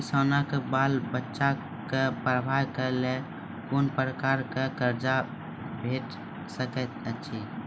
किसानक बाल बच्चाक पढ़वाक लेल कून प्रकारक कर्ज भेट सकैत अछि?